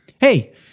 hey